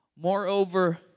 Moreover